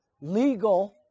legal